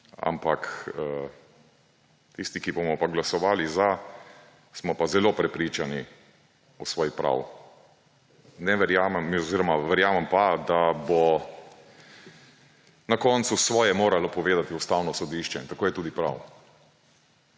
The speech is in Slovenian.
Ampak tisti, ki bomo pa glasovali za, smo pa zelo prepričani v svoj prav. Ne verjamem oziroma verjamem pa, da bo pa na koncu svoje moralo povedati Ustavno sodišče. In tako je tudi prav.